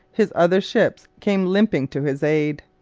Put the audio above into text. his other ships came limping to his aid.